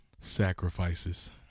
sacrifices